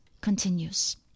continues